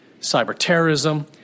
cyber-terrorism